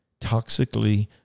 toxically